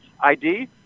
ID